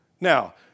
Now